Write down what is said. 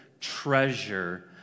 treasure